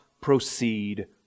proceed